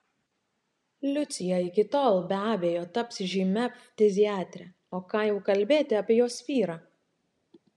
liucija iki tol be abejo taps žymia ftiziatre o ką jau kalbėti apie jos vyrą